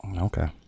Okay